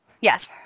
Yes